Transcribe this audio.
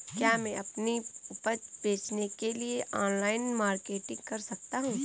क्या मैं अपनी उपज बेचने के लिए ऑनलाइन मार्केटिंग कर सकता हूँ?